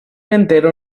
entero